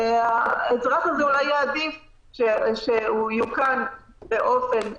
האזרח הזה אולי יעדיף שהוא יאוכן באופן